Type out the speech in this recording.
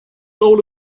goal